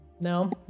No